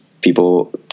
people